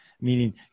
meaning